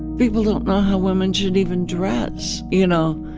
people don't know how women should even dress, you know?